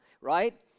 right